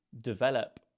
develop